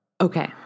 Okay